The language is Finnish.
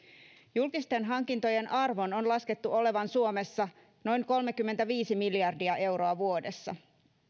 julkisten hankintojen arvon on laskettu olevan suomessa noin kolmekymmentäviisi miljardia euroa vuodessa